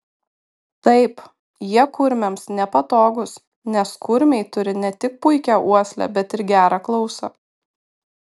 taip jie kurmiams nepatogūs nes kurmiai turi ne tik puikią uoslę bet ir gerą klausą